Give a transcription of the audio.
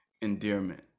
endearment